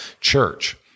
church